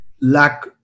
lack